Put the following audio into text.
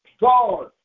God